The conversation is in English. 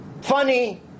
funny